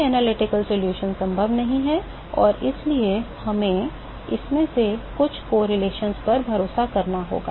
कोई विश्लेषणात्मक समाधान संभव नहीं है और इसलिए हमें इनमें से कुछ सहसंबंधों पर भरोसा करना होगा